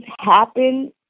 happen